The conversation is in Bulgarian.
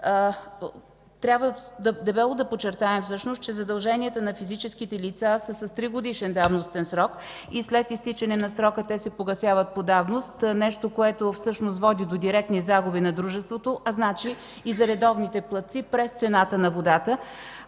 Трябва дебело да подчертаем, че задълженията на физическите лица са с 3-годишен давностен срок и след изтичане на срока те се погасяват по давност, което води до директни загуби на дружеството, а и за редовните платци чрез цената на водата.